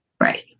Right